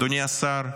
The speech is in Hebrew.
אדוני השר,